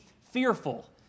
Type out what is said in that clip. fearful